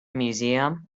museum